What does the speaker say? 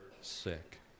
sick